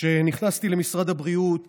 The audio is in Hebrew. כשנכנסתי למשרד הבריאות